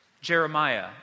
Jeremiah